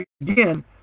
again